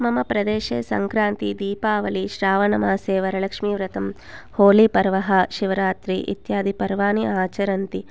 मम प्रदेशे सङ्क्रान्ति दीपावली श्रावणमासे वरलक्ष्मीव्रतं होलिपर्व शिवरात्रि इत्यादि पर्वाणि आचरन्ति